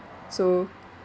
so